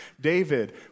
David